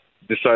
decide